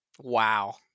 wow